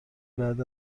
بعد